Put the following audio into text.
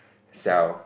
sell